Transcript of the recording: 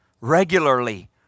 regularly